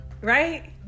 right